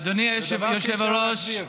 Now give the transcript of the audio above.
אדוני היושב-ראש,